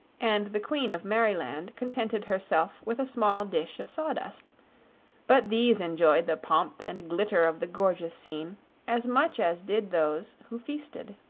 and the queen of merryland contented herself with a small dish of sawdust but these enjoyed the pomp and glitter of the gorgeous scene as much as did those who feasted.